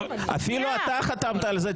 אפילו אתה חתמת על זה,